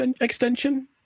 extension